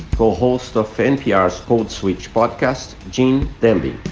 co-host of npr's code switch podcast, gene demby.